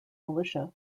militia